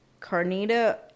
Carnita